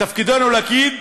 מתפקידנו להגיד: